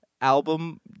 album